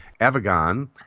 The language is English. Avagon